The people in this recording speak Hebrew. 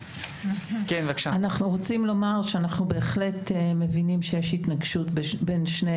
אנחנו רוצים לומר שאנחנו בהחלט מבינים שיש התנגשות בין שני